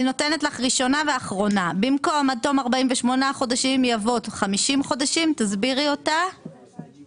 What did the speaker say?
במקום "על אף האמור" יבוא "למרות הכתוב".